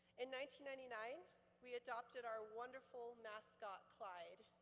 and ninety ninety nine we adopted our wonderful mascot clyde,